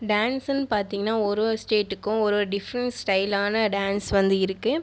டான்ஸுனு பார்த்தீங்கனா ஒரு ஒரு ஸ்டேட்டுக்கும் ஒரு ஒரு டிஃப்ரெண்ட் ஸ்டைலான டான்ஸ் வந்து இருக்குது